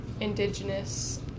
indigenous